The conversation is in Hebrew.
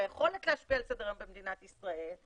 של היכולת להשפיע על סדר-היום במדינת ישראל,